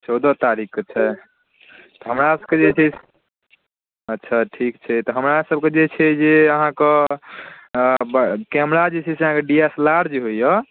चौदह तारीखकेँ छै तऽ हमरा सभके जे छै अच्छा ठीक छै तऽ हमरासभके जे छै जे अहाँकेँ कैमरा जे छै अहाँकेँ जे डी एस एल आर होइए